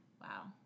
wow